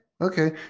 Okay